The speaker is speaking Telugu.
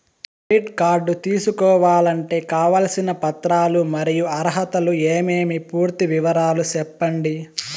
క్రెడిట్ కార్డు తీసుకోవాలంటే కావాల్సిన పత్రాలు మరియు అర్హతలు ఏమేమి పూర్తి వివరాలు సెప్పండి?